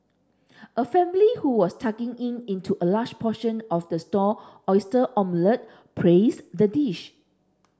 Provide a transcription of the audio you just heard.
a family who was tucking in into a large portion of the stall oyster omelette praised the dish